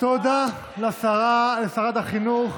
תודה לשרת החינוך